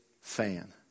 fan